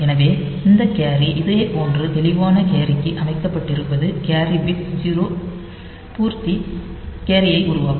எனவே இந்த கேரி இதேபோன்ற தெளிவான கேரிக்கு அமைக்கப்பட்டிருப்பது கேரி பிட் 0 பூர்த்தி கேரியை உருவாக்கும்